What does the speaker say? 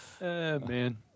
man